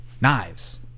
knives